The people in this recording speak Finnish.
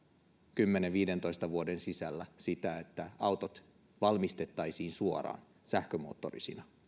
kymmenen viiva viidentoista vuoden sisällä sitä että autot valmistettaisiin suoraan sähkömoottorisina